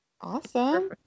Awesome